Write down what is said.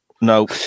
No